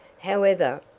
however,